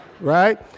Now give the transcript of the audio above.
Right